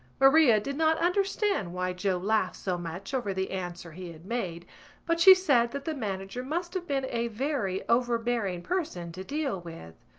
maria did not understand why joe laughed so much over the answer he had made but she said that the manager must have been a very overbearing person to deal with.